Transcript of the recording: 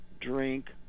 drink